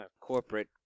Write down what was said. Corporate